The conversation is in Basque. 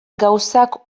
gauzak